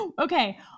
Okay